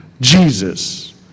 Jesus